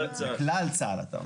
בכלל צה"ל אתה אומר.